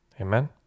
amen